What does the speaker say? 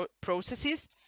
processes